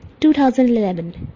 2011